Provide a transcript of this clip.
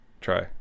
Try